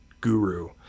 guru